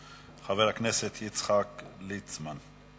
חבר הכנסת יצחק ליצמן.